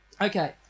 Okay